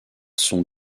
sont